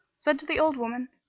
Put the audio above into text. said to the old woman,